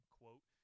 quote